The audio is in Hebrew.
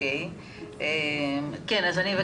העובדים הזרים מתאילנד, מה שדובר עד כה, זה מכסה